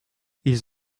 ils